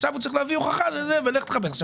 עכשיו הוא צריך להביא הוכחה, ולך תחפש.